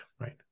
right